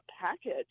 package